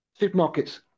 supermarkets